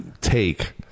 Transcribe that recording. take